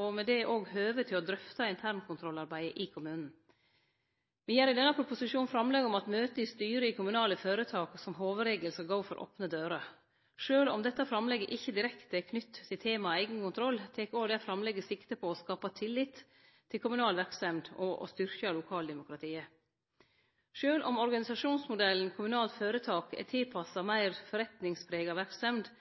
og med det òg høve til å drøfte internkontrollarbeidet i kommunen. Me gjer i denne proposisjonen framlegg om at møte i styret i kommunale føretak som hovudregel skal gå for opne dører. Sjølv om dette framlegget ikkje direkte er knytt til temaet eigenkontroll, tek òg det framlegget sikte på å skape tillit til kommunal verksemd og å styrkje lokaldemokratiet. Sjølv om organisasjonsmodellen «kommunalt føretak» er tilpassa meir forretningsprega verksemd,